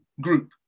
group